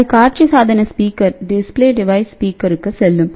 அது காட்சி சாதன ஸ்பீக்கருக்கு செல்லும்